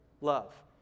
love